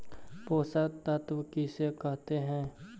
पोषक तत्त्व किसे कहते हैं?